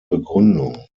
begründung